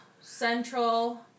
Central